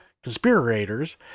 conspirators